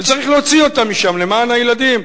וצריך להוציא אותם משם, למען הילדים.